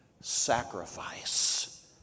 sacrifice